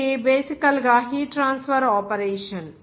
ఇది బేసికల్ గా హీట్ ట్రాన్స్ఫర్ ఆపరేషన్